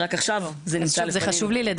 רק עכשיו זה נמצא לפנינו.